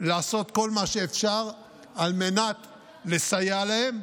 לעשות כל מה שאפשר על מנת לסייע להם,